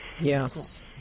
Yes